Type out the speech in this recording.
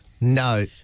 No